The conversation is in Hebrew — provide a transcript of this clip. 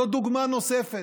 זו דוגמה אחת.